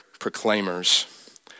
Proclaimers